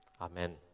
Amen